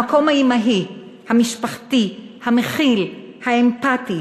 המקום האימהי, המשפחתי, המכיל, האמפתי,